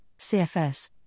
CFS